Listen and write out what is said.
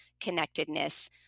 connectedness